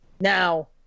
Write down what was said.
Now